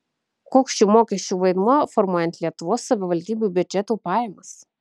koks šių mokesčių vaidmuo formuojant lietuvos savivaldybių biudžetų pajamas